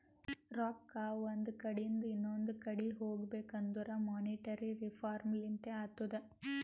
ರೊಕ್ಕಾ ಒಂದ್ ಕಡಿಂದ್ ಇನೊಂದು ಕಡಿ ಹೋಗ್ಬೇಕಂದುರ್ ಮೋನಿಟರಿ ರಿಫಾರ್ಮ್ ಲಿಂತೆ ಅತ್ತುದ್